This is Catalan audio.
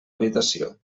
habitació